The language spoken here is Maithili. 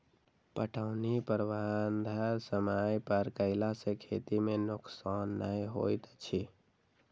पटौनीक प्रबंध समय पर कयला सॅ खेती मे नोकसान नै होइत अछि